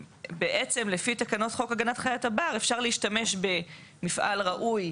בעצם לפי תקנות חוק הגנת חיית הבר אפשר להשתמש במפעל ראוי